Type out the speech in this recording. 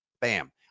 Bam